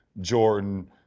Jordan